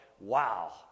wow